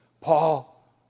Paul